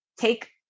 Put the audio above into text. take